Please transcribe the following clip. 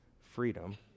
freedom